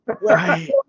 Right